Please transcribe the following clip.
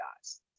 guys